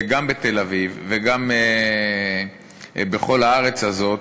גם בתל-אביב וגם בכל הארץ הזאת,